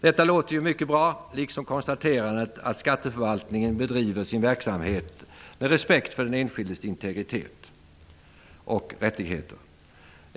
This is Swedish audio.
Detta låter mycket bra, liksom konstaterandet att skatteförvaltningen bedriver sin verksamhet med respekt för den enskildes integritet och rättigheter.